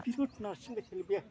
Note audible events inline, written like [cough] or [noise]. [unintelligible]